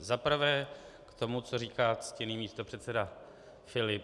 Za prvé k tomu, co říká ctěný místopředseda Filip.